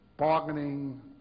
bargaining